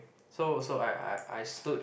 so so I I I stood